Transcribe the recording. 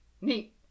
Neat